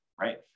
right